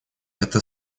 это